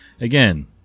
again